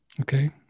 okay